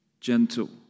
Gentle